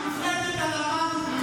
בבקשה.